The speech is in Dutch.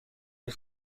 een